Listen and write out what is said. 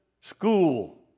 School